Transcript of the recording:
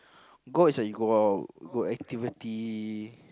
go as in you go out go activity